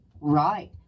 Right